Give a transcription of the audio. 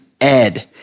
Ed